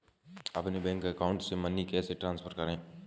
अपने bank account से money कैसे ट्रांसफर करें?